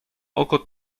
oko